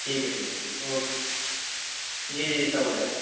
ٹھیک ہے ٹھیک ہے ٹھیک ہے اوکے جی جی جی سب ہو جائے گا